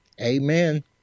Amen